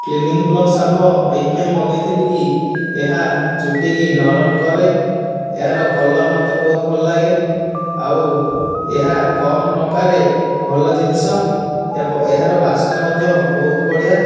clinic Plus shampoo ଏହିଥିପାଇଁ ମଗାଇଥିଲି କି ଏହା ଚୁଟି କି ନରମ କରେ ଏହାର କଲର୍ ମୋତେ ବହୁତ ଭଲ ଲାଗେ ଆଉ ଏହା କମ ଟଙ୍କାରେ ଭଲ ଜିନିଷ ଏବଂ ଆଉ ଏହାର ବାସ୍ନା ମଧ୍ୟ ବହୁତ ବଢ଼ିଆ